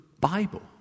Bible